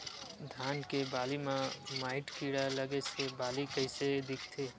धान के बालि म माईट कीड़ा लगे से बालि कइसे दिखथे?